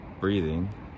breathing